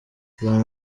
bamwe